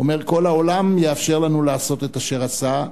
הוא אומר: כל העולם יאפשר לנו לעשות את אשר עשה.